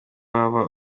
waba